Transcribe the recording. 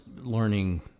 learning